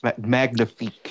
magnifique